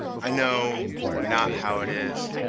i know not how it is